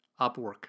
Upwork